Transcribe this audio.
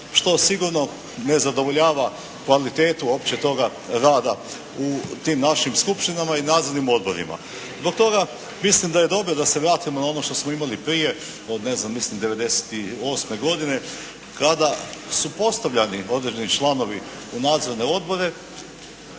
što sigurno ne zadovoljava kvalitetu opće toga rada u tim našim skupštinama i nadzornim odborima. Zbog toga mislim da je dobro da se vratimo na ono što smo imali prije od ne znam mislim 98. godine kada su postavljani određeni članovi u nadzorne odbore,